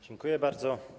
Dziękuję bardzo.